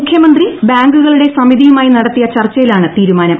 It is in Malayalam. മുഖ്യമന്ത്രി ബാങ്കുകളുടെ സമിതിയുമായി നടത്തിയ ചർച്ചയിലാണ് തീരുമാനം